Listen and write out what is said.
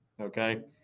Okay